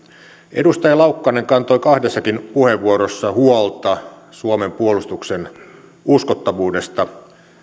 edustaja laukkanen kantoi kahdessakin puheenvuorossa huolta suomen puolustuksen uskottavuudesta